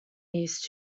these